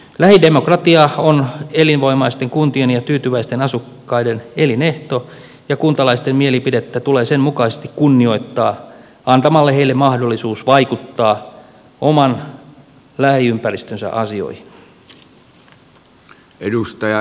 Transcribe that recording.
lähidemokratia on elinvoimaisten kuntien ja tyytyväisten asukkaiden elinehto ja kuntalaisten mielipidettä tulee sen mukaisesti kunnioittaa antamalla heille mahdollisuus vaikuttaa oman lähiympäristönsä asioihin